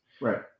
right